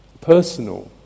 personal